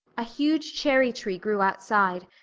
a huge cherry-tree grew outside,